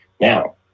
Now